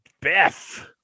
Beth